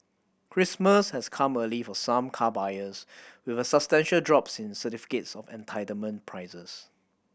Christmas has come early for some car buyers with a substantial drops in certificates of entitlement prices